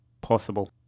possible